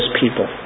people